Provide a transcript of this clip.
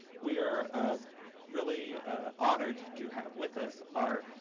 we are really honored to have with us our